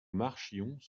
marchions